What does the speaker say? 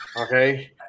Okay